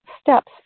steps